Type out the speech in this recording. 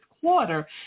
quarter